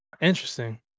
Interesting